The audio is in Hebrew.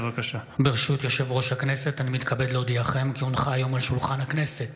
שעה 11:00 תוכן העניינים מסמכים שהונחו על שולחן הכנסת